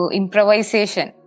improvisation